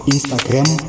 Instagram